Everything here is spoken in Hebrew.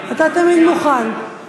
אתה תמיד מוכן.